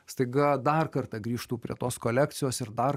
staiga dar kartą grįžtu prie tos kolekcijos ir dar